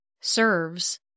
serves